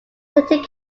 clinton